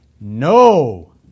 no